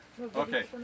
Okay